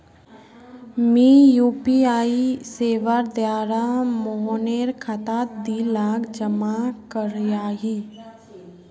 मी यु.पी.आई सेवार द्वारा मोहनेर खातात दी लाख जमा करयाही